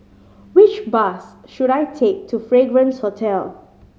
which bus should I take to Fragrance Hotel